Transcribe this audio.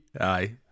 Aye